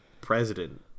president